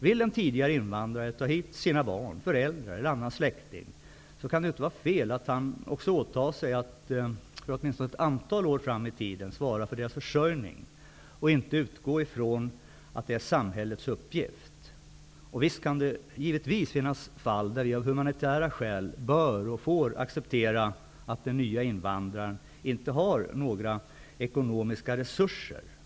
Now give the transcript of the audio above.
Vill en tidigare invandrare ta hit sina barn, föräldrar eller annan släkting, kan det ju inte vara fel att han eller hon också åtar sig att för åtminstone ett antal år fram i tiden svara för deras försörjning och inte utgår ifrån att det är samhällets uppgift. Visst kan det givetvis finnas fall där vi av humanitära skäl bör och får acceptera att den nya invandraren inte har några ekonomiska resurser.